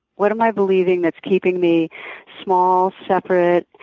what am i believing that's keeping me small, separate,